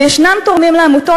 ויש תורמים לעמותות,